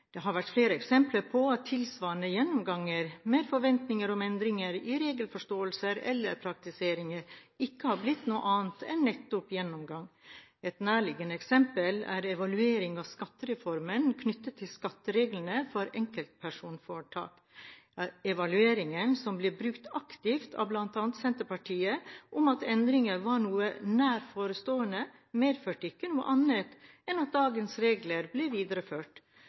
Det har vært flere eksempler på at tilsvarende gjennomganger med forventninger om endringer i regelforståelse eller praktisering ikke har blitt noe annet enn nettopp gjennomgang. Et nærliggende eksempel er evalueringen av skattereformen knyttet til skattereglene for enkeltpersonforetak. Evalueringen som ble brukt aktivt av bl.a. Senterpartiet om at endringer var noe nær forestående, medførte ikke noe annet enn at dagens regler ble videreført,